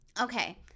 Okay